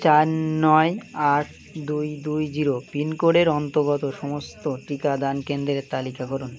চার নয় আট দুই দুই জিরো পিনকোডের অন্তর্গত সমস্ত টিকাদান কেন্দ্রের তালিকা করুন